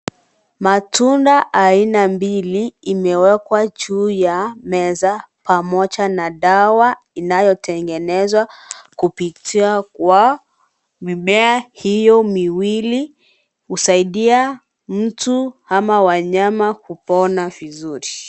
Matunda aina mbili imewekwa juu ya meza pamoja na dawa inayotengenezwa kupitia kwa mimea hio miwili, husaidia mtu au wanyama kupona vizuri.